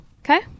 okay